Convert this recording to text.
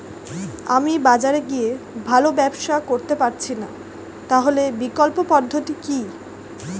আমি বাজারে গিয়ে ভালো ব্যবসা করতে পারছি না তাহলে বিকল্প পদ্ধতি কি?